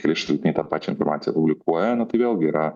keli šaltiniai tą pačią informaciją publikuoja na tai vėlgi yra